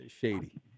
shady